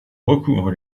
recouvre